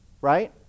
right